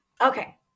Okay